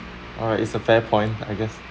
alright it's a fair point I guess